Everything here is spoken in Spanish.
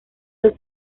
los